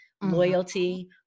loyalty